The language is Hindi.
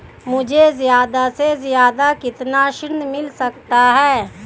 मुझे ज्यादा से ज्यादा कितना ऋण मिल सकता है?